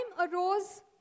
arose